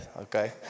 Okay